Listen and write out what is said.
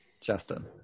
Justin